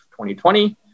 2020